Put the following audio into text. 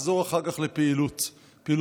לחזור אחר כך לפעילות מבצעית.